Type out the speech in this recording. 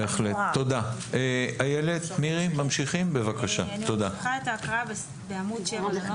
עאידה, את חברה